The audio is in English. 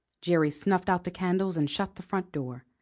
jerry snuffed out the candles and shut the front door,